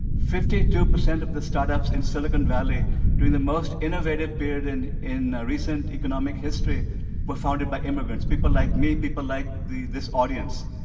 fifty two percent of the startups in silicon valley during the most innovative period in in recent economic history were founded by immigrants, people like me, people like this audience,